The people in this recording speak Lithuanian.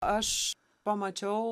aš pamačiau